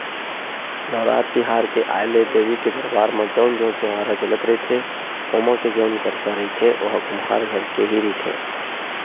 नवरात तिहार के आय ले देवी के दरबार म जउन जोंत जंवारा जलत रहिथे ओमा के जउन करसा रहिथे ओहा कुम्हार घर के ही रहिथे